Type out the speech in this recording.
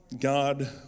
God